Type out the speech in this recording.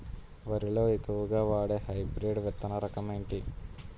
వరి లో ఎక్కువుగా వాడే హైబ్రిడ్ విత్తన రకం ఏంటి?